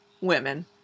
women